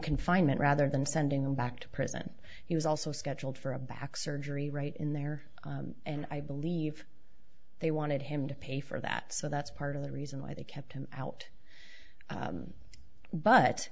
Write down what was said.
confinement rather than sending him back to prison he was also scheduled for a back surgery right in there and i believe they wanted him to pay for that so that's part of the reason why they kept him out